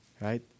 right